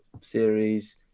series